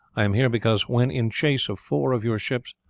i am here because, when in chase of four of your ships,